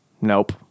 nope